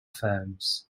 firms